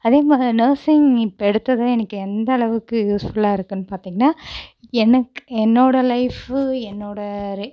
அதே மாதிரி நெர்சிங் இப்போ எடுத்தது எனக்கு எந்தளவுக்கு யூஸ்ஃபுல்லாக இருக்குதுன்னு பார்த்திங்கனா எனக் என்னோடய லைஃபு என்னோடய